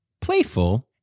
playful